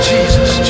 Jesus